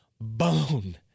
Bone